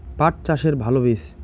পাঠ চাষের ভালো বীজ?